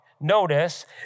notice